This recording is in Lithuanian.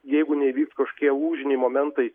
jeigu neįvyktų kažkokie lūžiniai momentai